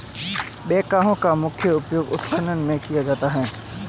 backhoe का मुख्य उपयोग उत्खनन में किया जाता है